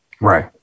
Right